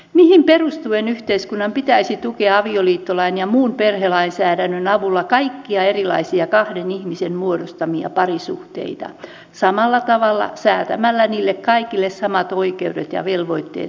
mihin perustuen yhteiskunnan pitäisi tukea avioliittolain ja muun perhelainsäädännön avulla kaikkia erilaisia kahden ihmisen muodostamia parisuhteita samalla tavalla säätämällä niille kaikille samat oikeudet ja velvoitteet lainsäädännössä